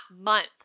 month